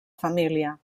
família